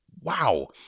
Wow